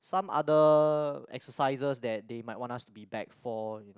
some other exercises that they might want us to be back for